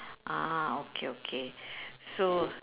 ah okay okay so